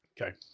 okay